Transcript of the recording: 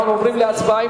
אנחנו עוברים להצבעה.